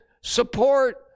support